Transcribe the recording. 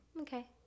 Okay